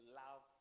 love